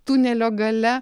tunelio gale